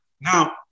Now